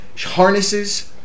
harnesses